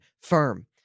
firm